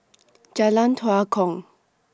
Jalan Tua Kong